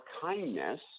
kindness